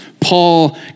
Paul